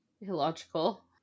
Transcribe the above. illogical